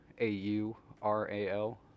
A-U-R-A-L